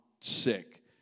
sick